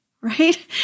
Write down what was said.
right